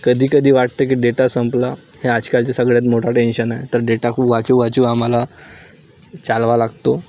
कधी कधी वाटतं की डेटा संपला हे आजकालच्या सगळ्यात मोठा टेन्शन आहे तर डेटा खूप वाचू वाचू आम्हाला चालवा लागतो